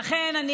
לכן אני